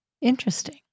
Interesting